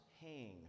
hang